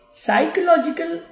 psychological